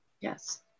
Yes